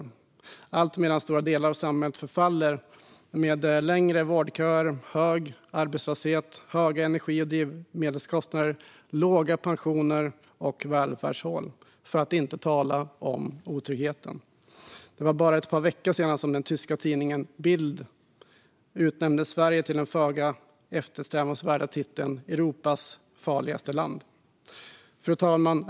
Allt detta sker medan stora delar av samhället förfaller med längre vårdköer, hög arbetslöshet, höga energi och drivmedelskostnader, låga pensioner och välfärdshål - för att inte tala om otryggheten. Det är bara ett par veckor sedan som den tyska tidningen Bild utnämnde Sverige till den föga eftersträvansvärda titeln Europas farligaste land. Fru talman!